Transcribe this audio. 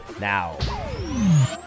now